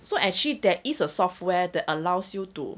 so actually there is a software that allows you to